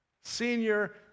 senior